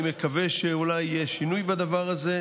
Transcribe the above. אני מקווה שאולי יהיה שינוי בדבר הזה,